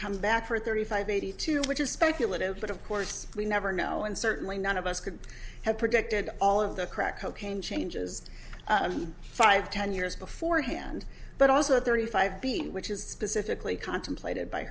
come back for thirty five eighty two which is speculative but of course we never know and certainly none of us could have predicted all of the crack cocaine changes five ten years beforehand but also thirty five b which is specifically contemplated by